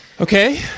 okay